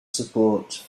support